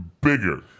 bigger